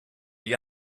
gli